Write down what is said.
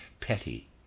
petty